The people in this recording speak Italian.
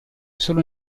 solo